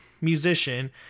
musician